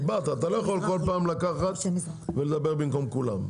אתה לא יכול כל פעם לקחת ולדבר במקום כולם.